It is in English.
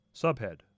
Subhead